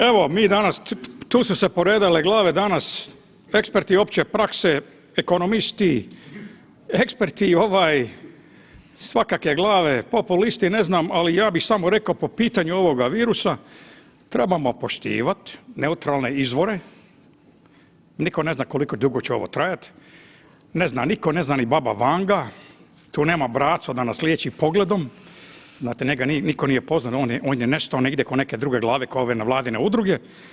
Evo mi danas tu su se poredale glave danas, eksperti opće prakse, ekonomisti, eksperti svakakve glave, populisti, ne znam ali ja bih samo rekao po pitanju ovoga virusa, trebamo poštivati neutralne izvore, nitko ne zna koliko će ovo dugo trajat, ne zna niko, ne zna ni baba Vanga, tu nema Brace da nas liječi pogledom, njega nitko nije pozvao on je nestao negdje ko neke druge glave kao ove nevladine udruge.